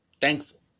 thankful